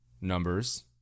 numbers